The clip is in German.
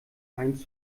eins